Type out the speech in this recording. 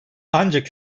ancak